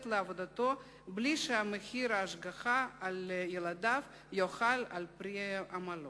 לעבודתו בלי שמחיר ההשגחה על ילדיו יאכל את פרי עמלו.